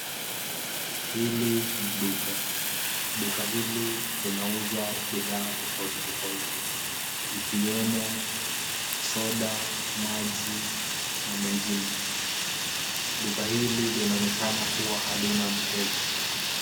Hili ni duka. Duka hili linauzwa bidhaa tofauti tofauti ikiwemo soda, maji na mengine. Duka hili linaonekana kuwa halina mteja.